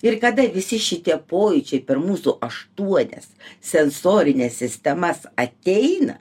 ir kada visi šitie pojūčiai per mūsų aštuonias sensorines sistemas ateina